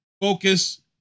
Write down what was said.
Focus